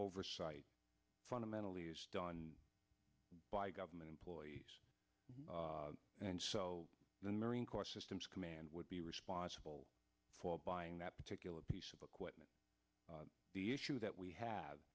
oversight fundamentally is done by government employees and so the marine corps systems command would be responsible for buying that particular piece of equipment the issue that we have